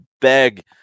beg